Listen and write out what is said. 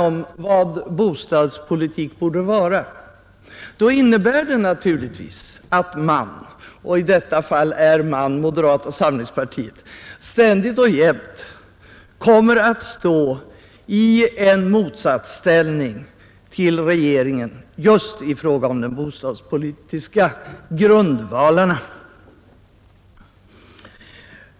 om vad bostadspolitiken borde vara, innebär det naturligtvis att man — i detta fall moderata samlingspartiet — ständigt och jämt kommer att stå i motsatsställning till regeringen just i fråga om de bostadspolitiska grundvalarna.